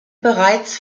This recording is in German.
bereits